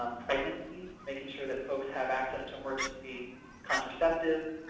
um pregnancy making sure that folks have access to emergency contraceptives,